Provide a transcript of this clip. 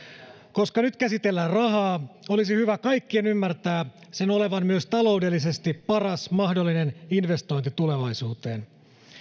koska nyt käsitellään rahaa olisi hyvä kaikkien ymmärtää sen olevan myös taloudellisesti paras mahdollinen investointi tulevaisuuteen